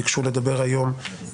שביקשו לדבר היום